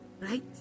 right